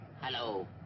Hello